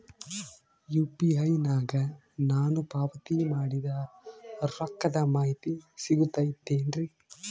UPI ನಾಗ ನಾನು ಪಾವತಿ ಮಾಡಿದ ರೊಕ್ಕದ ಮಾಹಿತಿ ಸಿಗುತೈತೇನ್ರಿ?